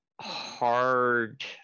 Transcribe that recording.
hard